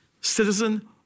citizen